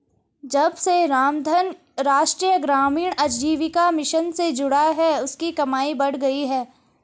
जब से रामधन राष्ट्रीय ग्रामीण आजीविका मिशन से जुड़ा है उसकी कमाई बढ़ गयी है